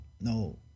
no